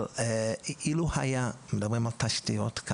מדברים כאן על תשתיות.